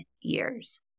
years